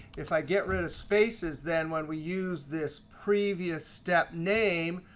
if i get rid of spaces, then when we use this previous step name,